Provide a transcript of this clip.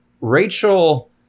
Rachel